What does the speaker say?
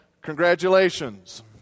congratulations